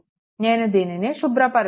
నేను దీనిని శుభ్రపరుస్తాను